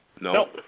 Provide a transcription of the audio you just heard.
No